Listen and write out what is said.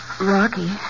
Rocky